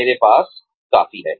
मेरे पास काफी है